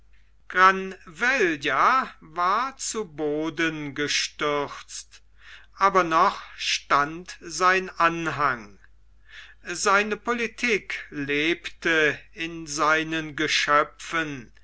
granvella war zu boden gestürzt aber noch stand sein anhang seine politik lebte in seinen geschöpfen